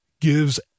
gives